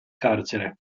carcere